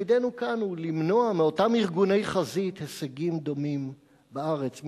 ותפקידנו כאן הוא למנוע מאותם ארגוני חזית הישגים דומים בארץ.